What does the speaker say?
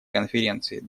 конференции